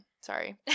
sorry